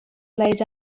laid